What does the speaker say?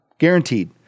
Guaranteed